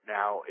now